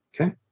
Okay